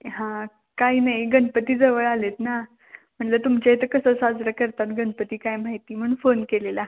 हां काही नाही गणपती जवळ आले आहेत ना म्हणलं तुमच्या इथे कसं साजरं करतात गणपती काय माहिती म्हणून फोन केलेला